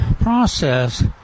process